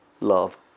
love